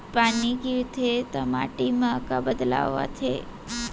पानी गिरथे ता माटी मा का बदलाव आथे?